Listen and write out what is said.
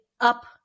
up